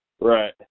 Right